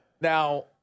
Now